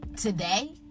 today